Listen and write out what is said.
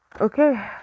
Okay